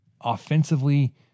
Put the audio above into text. offensively